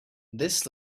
this